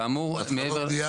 כאמור --- התחלות בנייה,